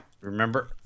Remember